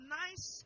nice